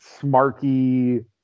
smarky